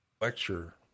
lecture